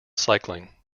cycling